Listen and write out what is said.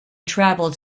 travelled